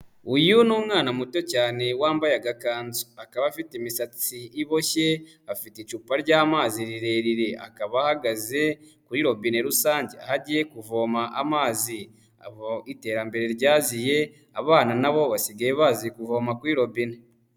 Uyu ni umwana muto cyane wambaye agakanzu, akaba afite imisatsi iboshye, afite icupa ry'amazi rirerire, akaba ahagaze kuri robine rusange aho agiye kuvoma amazi, aho iterambere ryaziye abana na bo basigaye bazi kuvoma kuri robine.